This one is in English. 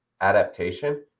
adaptation